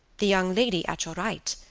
the young lady at your right,